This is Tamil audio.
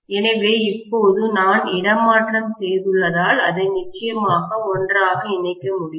எனவே இப்போது நான் இடமாற்றம் செய்துள்ளதால் அதை நிச்சயமாக ஒன்றாக இணைக்க முடியும்